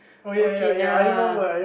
okay ya